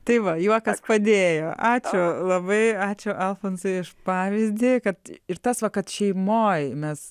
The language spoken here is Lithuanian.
tai va juokas padėjo ačiū labai ačiū alfonsai aš pavyzdį kad ir tas va kad šeimoj mes